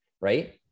right